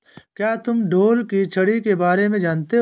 क्या तुम ढोल की छड़ी के बारे में जानते हो?